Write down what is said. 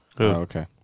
Okay